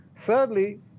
Thirdly